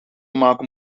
maken